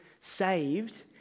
saved